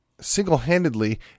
single-handedly